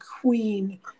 queen